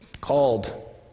called